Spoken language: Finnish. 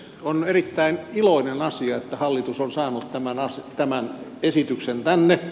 on erittäin iloinen asia että hallitus on saanut tämän esityksen tänne